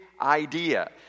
idea